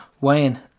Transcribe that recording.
Wayne